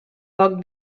poc